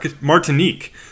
Martinique